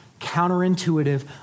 counterintuitive